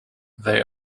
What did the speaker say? they